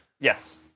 yes